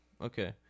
Okay